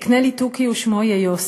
"אקנה לי תוכי ושמו יהיה יוסי.